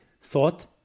thought